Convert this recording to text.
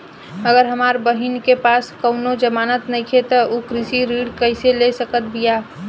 अगर हमार बहिन के पास कउनों जमानत नइखें त उ कृषि ऋण कइसे ले सकत बिया?